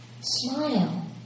smile